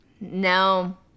no